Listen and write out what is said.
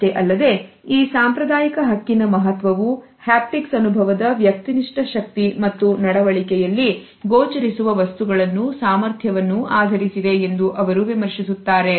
ಅಷ್ಟೇ ಅಲ್ಲದೆ ಈ ಸಾಂಪ್ರದಾಯಿಕ ಹಕ್ಕಿನ ಮಹತ್ವವು ಆಪ್ಟಿಕ್ಸ್ ಅನುಭವದ ವ್ಯಕ್ತಿನಿಷ್ಠ ಶಕ್ತಿ ಮತ್ತು ನಡವಳಿಕೆಯಲ್ಲಿ ಗೋಚರಿಸುವ ವಸ್ತುಗಳನ್ನು ಸಾಮರ್ಥ್ಯವನ್ನು ಆಧರಿಸಿದೆ ಎಂದು ಅವರು ವಿಮರ್ಶಿಸುತ್ತಾರೆ